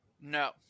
no